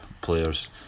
players